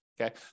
Okay